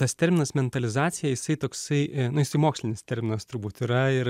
tas terminas mentalizacija jisai toksai nu jisai mokslinis terminas turbūt yra ir